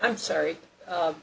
i'm sorry i'm